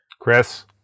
Chris